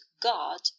god